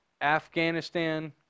Afghanistan